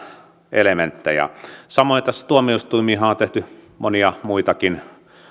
elementtejä tuomioistuimiin liittyenhän on tehty monia muitakin